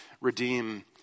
redeem